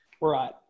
Right